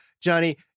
Johnny